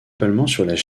principalement